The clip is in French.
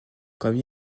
comme